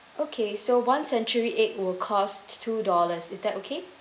okay so one century egg will cost two dollars is that okay